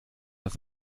das